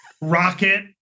rocket